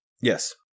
yes